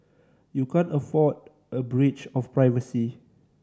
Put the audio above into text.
you can't afford a breach of privacy